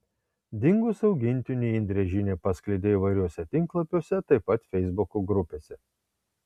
dingus augintiniui indrė žinią paskleidė įvairiuose tinklapiuose taip pat feisbuko grupėse